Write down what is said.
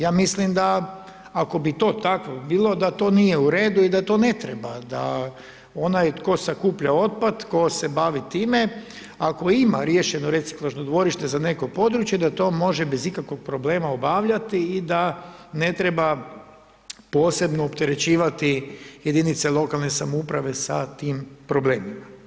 Ja mislim da ako bi to tako bilo, da to nije u redu i da to ne treba, da onaj tko sakuplja otpad, tko se bavi time, ako ima riješeno reciklažnom dvorište za neko područje, da to može bez ikakvog problema obavljati i da ne treba posebno opterećivati jedinice lokalne samouprave sa tim problemima.